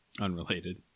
unrelated